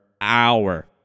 hour